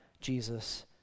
Jesus